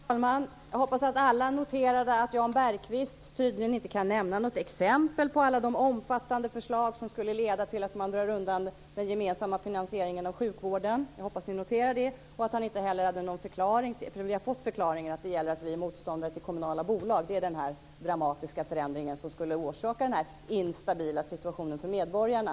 Fru talman! Jag hoppas att alla noterade att Jan Bergqvist tydligen inte kan nämna något exempel på alla de omfattande förslag som skulle leda till att man drar undan den gemensamma finansieringen av sjukvården - jag hoppas att ni noterar det - men vi har fått förklaringen, nämligen att vi är motståndare till kommunala bolag. Det är den dramatiska förändring som skulle orsaka den instabila situationen för medborgarna.